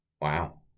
Wow